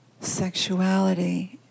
sexuality